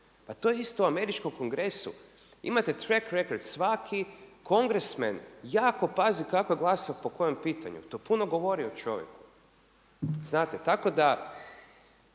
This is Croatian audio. Pa to je isto u američkom kongresu, imate track record, svaki kongresmen jako pazi kako je glasao i po kojem pitanju. To puno govori o čovjeku, znate. Tako da